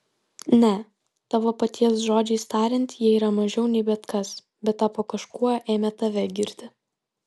ne tavo paties žodžiais tariant jie yra mažiau nei bet kas bet tapo kažkuo ėmę tave girti